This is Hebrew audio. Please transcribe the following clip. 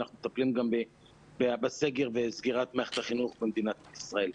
אנחנו מטפלים גם בסגר וסגירת מערכת החינוך במדינת ישראל.